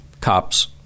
cops